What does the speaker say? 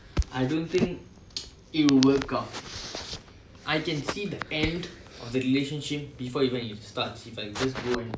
I don't think it will work out I can see the end of the relationship before even if it starts